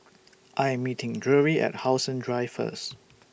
I Am meeting Drury At How Sun Drive First